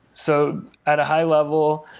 so at a high level,